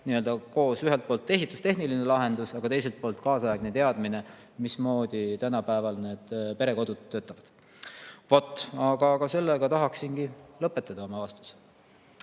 nii-öelda koos: ühelt poolt ehitustehniline lahendus, aga teiselt poolt kaasaegne teadmine, mismoodi tänapäeval need perekodud töötavad. Vot! Aga sellega tahaksingi lõpetada oma vastuse.